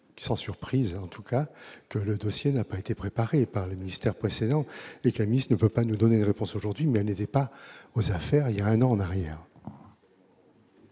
sans surprise, en tout cas !-, que le dossier n'a pas été préparé par le ministère précédent. Mme la ministre ne peut pas nous apporter de réponse aujourd'hui, elle n'était pas aux affaires voilà un an ...